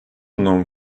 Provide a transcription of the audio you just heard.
known